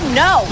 no